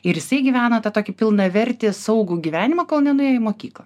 ir jisai gyveno tokį pilnavertį saugų gyvenimą kol nenuėjo į mokyklą